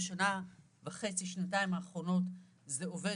בשנה וחצי - שנתיים האחרונות זה עובד,